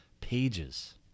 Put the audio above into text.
pages